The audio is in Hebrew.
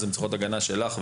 הן היו צריכות הגנה שלך ושלנו.